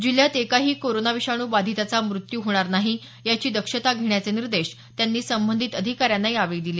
जिल्ह्यात एकाही कोरोना विषाणू बाधिताचा मत्यू होणार नाही याची दक्षता घेण्याचे निर्देश त्यांनी संबंधित अधिकाऱ्यांना यावेळी दिले